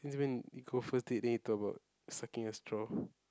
since when you go first date then you talk about sucking a straw